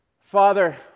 father